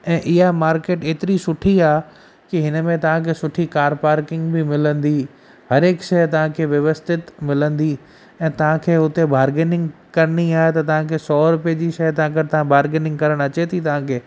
ऐं इहा मार्केट एतिरी सुठी आहे की हिन में तव्हांखे सुठी कार पार्किंग बि मिलंदी हर हिकु शइ तव्हांखे व्यवस्थित मिलंदी ऐं तव्हांखे हुते बार्गेनिंग करणी आहे त तव्हांखे सौ रुपए जी शइ तव्हां अगरि बार्गेनिंग करणु अचे थी तव्हांखे